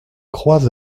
crois